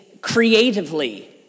creatively